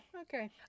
Okay